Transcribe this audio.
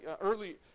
early